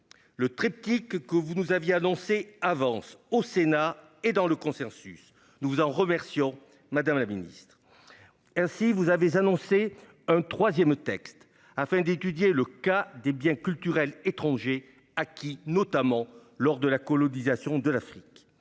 Le triptyque que vous nous aviez annoncé avance au Sénat et dans le consensus. Nous vous en remercions, madame la ministre. Vous avez ainsi annoncé un troisième texte, afin d'étudier le cas des biens culturels étrangers acquis, notamment, lors de la colonisation de l'Afrique.